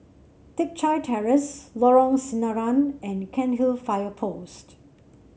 Teck Chye Terrace Lorong Sinaran and Cairnhill Fire Post